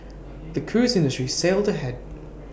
the cruise industry sailed ahead